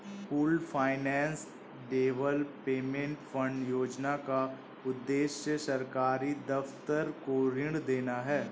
pooled finance development fund योजना का उद्देश्य सरकारी दफ्तर को ऋण देना है